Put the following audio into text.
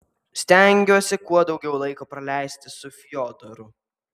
stengiuosi kuo daugiau laiko praleisti su fiodoru